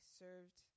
served